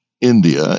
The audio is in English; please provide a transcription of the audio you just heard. India